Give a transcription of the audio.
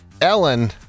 ellen